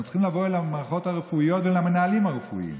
אנחנו צריכים לבוא למערכות הרפואיות ולמנהלים הרפואיים